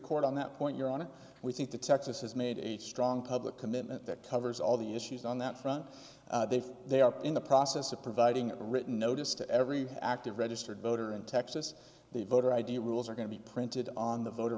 court on that point your honor we think that texas has made a strong public commitment that covers all the issues on that front they feel they are in the process of providing a written notice to every active registered voter in texas the voter id rules are going to be printed on the voter